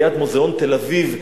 ליד מוזיאון תל-אביב,